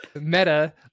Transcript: Meta